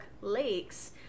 Lakes